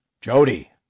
Jody